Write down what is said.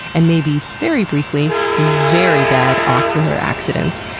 and maybe, very briefly, some very bad ocular accidents,